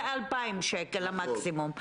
ו-2,000 שקלים המקסימום.